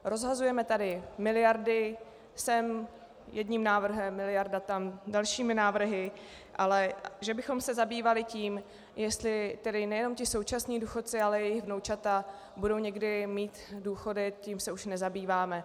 Rozhazujeme tady miliardy sem jedním návrhem, miliarda tam dalšími návrhy , ale že bychom se zabývali tím, jestli nejenom ti současní důchodci, ale i jejich vnoučata budou mít někdy důchody, tím se už nezabýváme.